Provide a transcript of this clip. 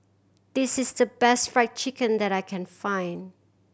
this is the best Fried Chicken that I can find